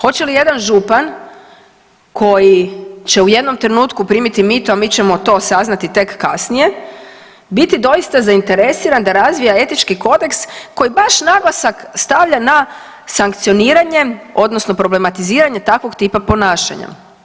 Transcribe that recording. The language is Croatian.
Hoće li jedan Župan koji će u jednom trenutku primiti mito, a mi ćemo to saznati tek kasnije, biti doista zainteresiran da razvija etički kodeks koji baš naglasak stavlja na sankcioniranje odnosno problematiziranje takvog tipa ponašanja.